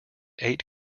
eight